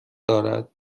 دارد